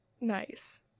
nice